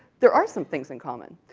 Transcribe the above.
there are some things in common.